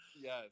Yes